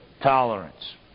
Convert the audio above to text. tolerance